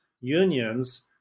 unions